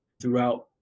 throughout